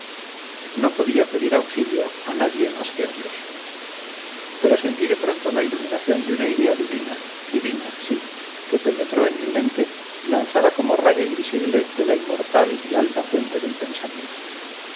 no podía pedir auxilio a nadie más que a dios pero sentí de pronto la iluminación de una idea divina divina sí que penetró en mi mente lanzada como rayo invisible de la inmortal y alta fuente del pensamiento